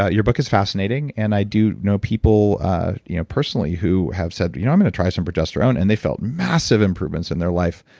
ah your book is fascinating, and i do know people you know personally who have said i'm going to try some progesterone, and they felt massive improvements in their life.